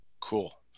Cool